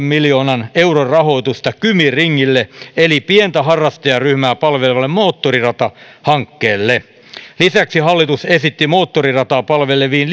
miljoonan euron rahoitusta kymi ringille eli pientä harrastajaryhmää palvelevalle moottoriratahankkeelle lisäksi hallitus esitti moottorirataa palveleviin